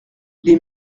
les